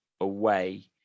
away